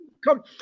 Come